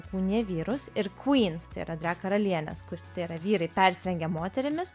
įkūnija vyrus ir kvyns tai yra drag karalienės kur tai yra vyrai persirengę moterimis